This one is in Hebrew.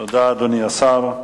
תודה, אדוני השר.